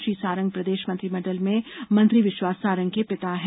श्री सारंग प्रदेश मंत्रिमंडल में मंत्री विश्वास सारंग के पिता हैं